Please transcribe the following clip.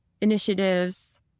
initiatives